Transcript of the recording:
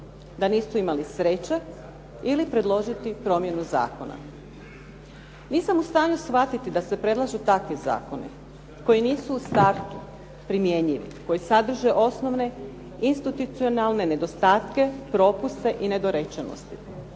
da nisu imali sreće ili predložiti promjenu zakona? Nisam u stanju shvatiti da se predlažu takvi zakoni koji nisu u startu primjenjivi, koji sadrže osnovne institucionalne nedostatke, propuste i nedorečenosti.